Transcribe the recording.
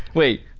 wait,